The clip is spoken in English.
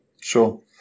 Sure